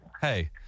Hey